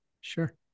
Sure